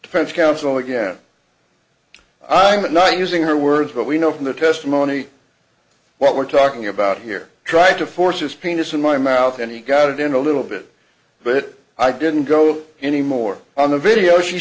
defense counsel again i'm not using her words but we know from the testimony what we're talking about here try to force his penis in my mouth and he got it in a little bit but i didn't go any more on the video she